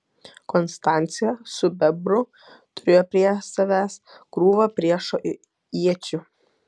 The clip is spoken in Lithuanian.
konstancija su bebru turėjo prie savęs krūvą priešo iečių